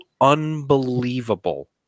unbelievable